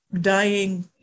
Dying